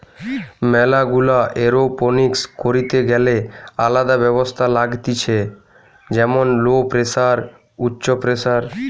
ম্যালা গুলা এরওপনিক্স করিতে গ্যালে আলদা ব্যবস্থা লাগতিছে যেমন লো প্রেসার, উচ্চ প্রেসার